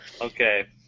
Okay